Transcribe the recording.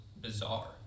bizarre